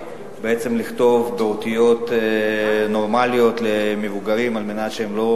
לכתוב באותיות נורמליות למבוגרים על מנת שהם לא